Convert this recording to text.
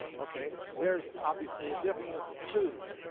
okay? there's obviously a different one, two.